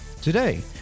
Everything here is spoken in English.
Today